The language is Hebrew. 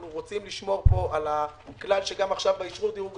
אנחנו מנסים לשמור על הכלל שגם עכשיו באישור דירוג